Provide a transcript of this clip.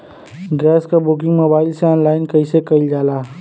Gas क booking mobile से online कईसे कईल जाला?